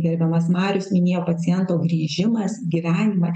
gerbiamas marius minėjo paciento grįžimas į gyvenimą